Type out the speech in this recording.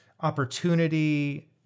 opportunity